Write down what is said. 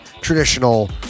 traditional